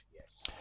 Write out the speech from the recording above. Yes